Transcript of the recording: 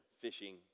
fishing